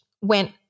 went